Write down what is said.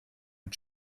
mit